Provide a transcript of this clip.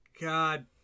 God